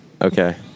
Okay